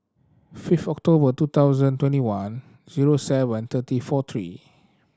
fifth October two thousand twenty one zero seven thirty four three